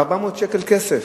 בארבע מאות שקל כסף,